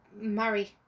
marry